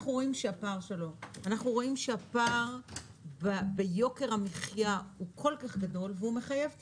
אנחנו רואים שהפער ביוקר המחיה הוא כל כך גדול והוא מחייב טיפול.